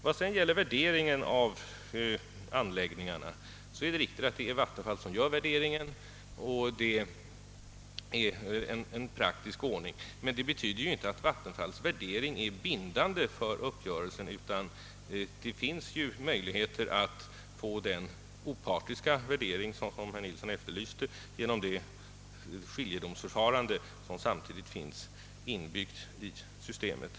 Vad sedan gäller värderingen av anläggningarna är det riktigt att det är Vattenfall som gör värderingarna, och det är en praktisk ordning, men det betyder ju inte att Vattenfalls värdering är bindande för uppgörelsen, utan det finns ju möjligheter att få den opartiska värdering, som herr Nilsson efterlyste, genom det skiljedomsförfarande som samtidigt finns inbyggt i systemet.